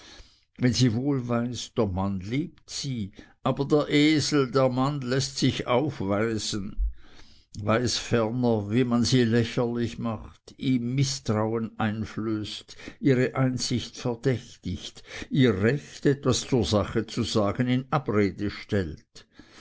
wenn sie wohl weiß der mann liebt sie aber der esel der mann läßt sich aufweisen weiß ferner wie man sie lächerlich macht ihm mißtrauen einflößt ihre einsicht verdächtigt ihr recht etwas zur sache zu sagen in abrede stellt